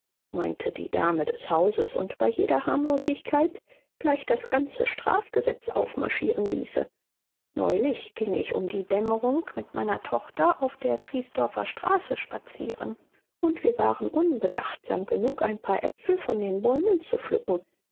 meinte die dame des hauses und bei jeder harmlosigkeit gleich das ganze strafgesetz aufmarschieren ließe neulich ging ich um die dämmerung mit meiner tochter auf der triesdorfer straße spazieren und wir waren unbedachtsam genug ein paar äpfel von den bäumen zu pflücken